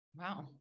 Wow